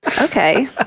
okay